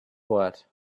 what